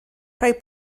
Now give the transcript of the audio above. rhoi